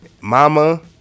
Mama